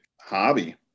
hobby